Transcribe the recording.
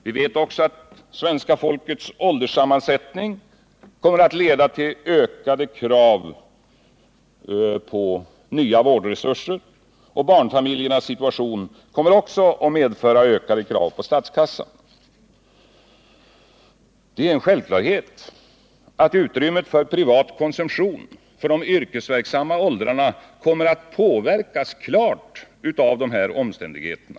Vi vet också att svenska folkets ålderssammansättning kommer att leda till ökade krav på nya vårdresurser. Barnfamiljernas situation kommer likaledes att medföra ökade krav på statskassan. Det är en självklarhet att utrymmet för privat konsumtion för de yrkesverksamma åldrarna kommer att påverkas av dessa omständigheter.